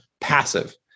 passive